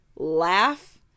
laugh